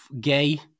gay